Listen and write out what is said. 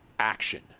action